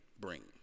bring